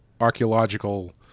archaeological